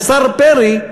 השר פרי,